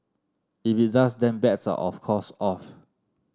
if it does then bets are of course off